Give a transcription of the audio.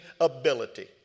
ability